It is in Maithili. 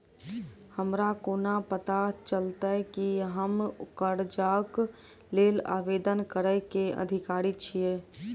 हमरा कोना पता चलतै की हम करजाक लेल आवेदन करै केँ अधिकारी छियै?